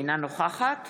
אינה נוכחת